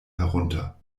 herunter